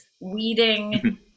weeding